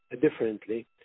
differently